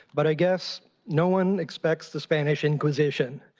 but, i guess no one expects the spanish inquisition.